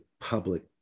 public